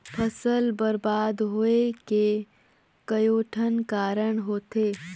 फसल बरबाद होवे के कयोठन कारण होथे